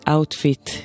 Outfit